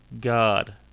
God